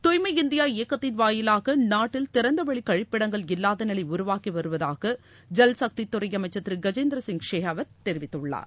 தூய்மை இந்தியா இயக்கத்தின் வாயிலாக நாட்டில் திறந்த வெளி கழிப்பிடங்கள் இல்லாத நிலை உருவாகி வருவதாக ஜல் சக்தித் துறை அமைச்சர் திரு கஜேந்திர சிங் ஷெகாவத் தெரிவித்துள்ளார்